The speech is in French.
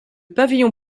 pavillon